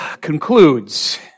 concludes